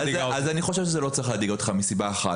אני חושב שזה לא צריך להדאיג אותך וזאת מסיבה אחת.